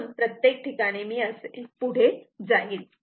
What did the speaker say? म्हणून प्रत्येक ठिकाणी मी पुढे जाईल